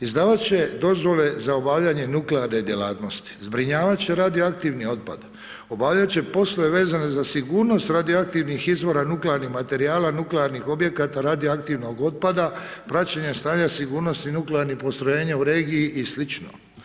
Izdavat će dozvole za obavljanje nuklearne djelatnosti, zbrinjavat će radio aktivni otpad, obavljat će poslove vezane za sigurnost radio aktivnih izvora nuklearnih materijala, nuklearnih objekata, radio aktivnog otpada, praćenje stanja sigurnosti nuklearnih postrojenja u regiji i slično.